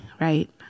right